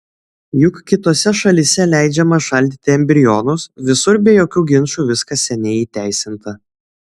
juk kitose šalyse leidžiama šaldyti embrionus visur be jokių ginčų viskas seniai įteisinta